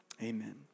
Amen